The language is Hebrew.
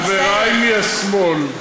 חברי מהשמאל, איזה שמאל?